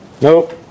nope